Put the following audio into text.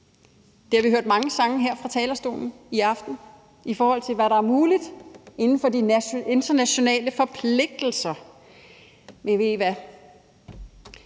Vi har hørt mange sange her fra talerstolen i aften, i forhold til hvad der er muligt inden for de internationale forpligtelser. Men ved